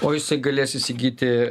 o jisai galės įsigyti